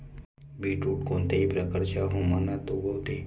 beetroot कोणत्याही प्रकारच्या हवामानात उगवते